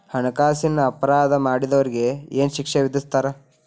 ಹಣ್ಕಾಸಿನ್ ಅಪರಾಧಾ ಮಾಡ್ದೊರಿಗೆ ಏನ್ ಶಿಕ್ಷೆ ವಿಧಸ್ತಾರ?